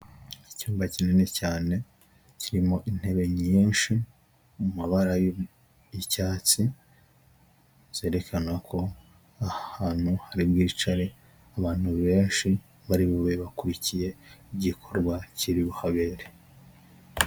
Icyumba kinini cyane kirimo intebe nyinshi mu mabara y'icyatsi, zerekana ko aha hantu hari bwicare abantu benshi bari bube bakurikiye igikorwa kiri buhabere.